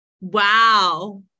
Wow